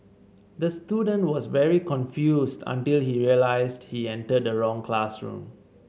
the student was very confused until he realised he entered the wrong classroom